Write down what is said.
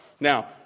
Now